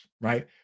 right